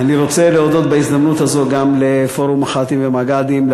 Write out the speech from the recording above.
אני רוצה להודות בהזדמנות הזאת גם לפורום מח"טים ומג"דים,